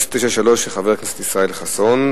שאילתא 1093 של חבר הכנסת ישראל חסון.